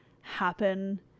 happen